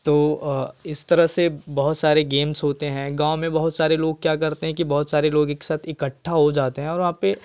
तो इस तरह से बहुत सारे गेम्स होते हैं गाँव में बहुत सारे लोग क्या करते हैं कि बहुत सारे लोग एक साथ इकट्ठा हो जाते हैं और वहाँ पे